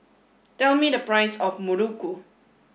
tell me the price of Muruku